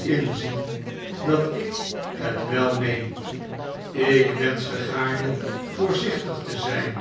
inzien dat ik het wel meen ik wenschte gaarne voorzichtig te zijn